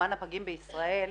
למען הפגים בישראל,